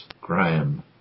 Graham